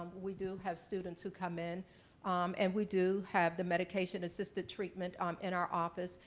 we do have students who come in and we do have the medication assisted treatment um in our office,